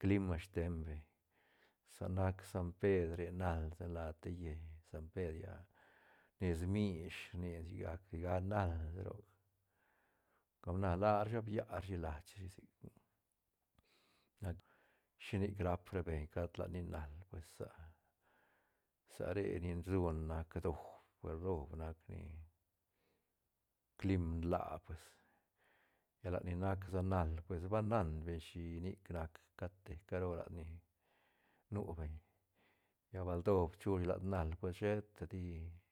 clima steiñ beñ sa nac san pedr re nal sa la te llei san pedr iah nes mish rnila sigac- sigac nal sa roc com na larashi ba biarashi lach rashi sic na shinic rap ra beñ cat lat ni nal pues sa- sa re ni rsu ne nac doob- doob nac ni clim nlaa pues lla lat ni nac sa nal pues ba nan beñ shinac cat te caro ni nu beñ lla bal doob chu shi lat nal pues sheta di.